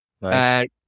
Nice